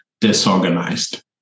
disorganized